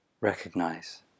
recognize